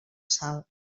sal